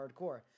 hardcore